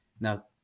now